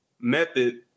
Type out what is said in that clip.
method